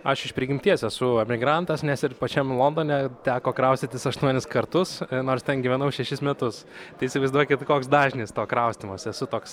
aš iš prigimties esu emigrantas nes ir pačiam londone teko kraustytis aštuonis kartus nors ten gyvenau šešis metus tai įsivaizduokit koks dažnis to kraustymosi esu toks